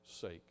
sake